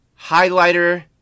Highlighter